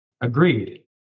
agreed